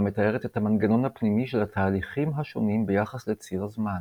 המתארת את המנגנון הפנימי של התהליכים השונים ביחס לציר הזמן.